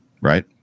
Right